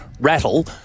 rattle